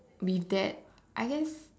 be that I guess